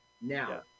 Now